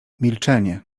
milczenie